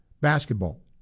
basketball